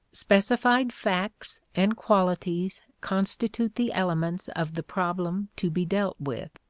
specified facts and qualities constitute the elements of the problem to be dealt with,